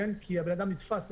כי האדם נתפס,